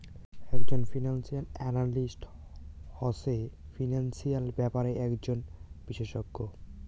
একজন financial analyst হসে financial ব্যাপারে একজন বিশষজ্ঞ